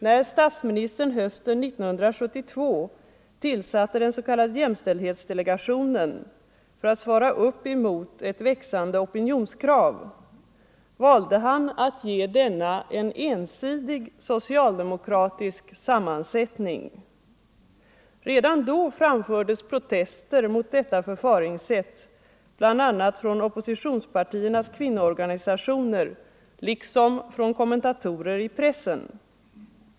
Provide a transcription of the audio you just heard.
När statsministern hösten 1972 tillsatte den s.k. jämställdhetsdelegationen för att svara emot ett växande opinionskrav, valde han att ge denna en ensidig socialdemokratisk sammansättning. Redan då framfördes protester mot detta förfaringssätt bl.a. från oppositionspartiernas kvinnoorganisationer liksom från kommentatorer i pressen.